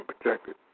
protected